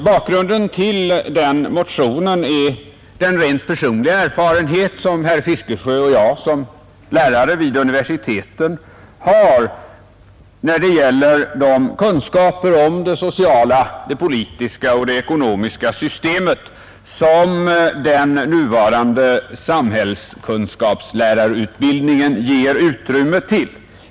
Bakgrunden till den motionen är den personliga erfarenhet som herr Fiskesjö och jag i egenskap av universitetslärare har när det gäller de kunskaper om det sociala, politiska och ekonomiska system som den nuvarande samhällskunskapslärarutbildningen ger utrymme för.